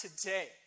today